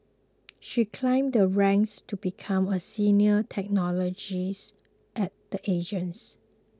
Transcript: she climbed the ranks to become a senior technologist at the agency